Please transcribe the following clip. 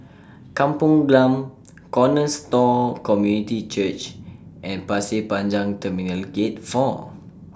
Kampung Glam Cornerstone Community Church and Pasir Panjang Terminal Gate four